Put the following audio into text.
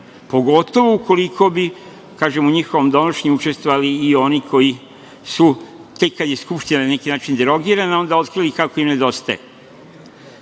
pogotovo ukoliko bi, kažem u njihovom donošenju učestvovali i oni koji su tek kada je Skupština na neki način derogirana, onda otkrili kako im nedostaje.